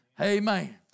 Amen